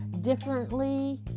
differently